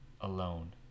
alone